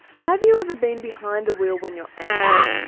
have you ever been behind the wheel when you're angry?